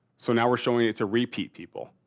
so now we're showing it to repeat people.